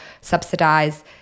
subsidize